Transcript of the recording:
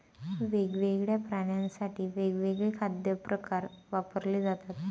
वेगवेगळ्या प्राण्यांसाठी वेगवेगळे खाद्य प्रकार वापरले जातात